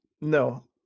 No